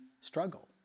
struggle